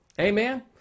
Amen